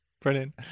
Brilliant